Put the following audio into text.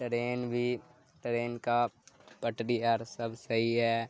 train بھی train کا پٹری اور سب صحیح ہے